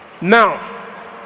Now